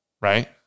Right